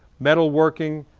metal working,